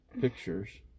pictures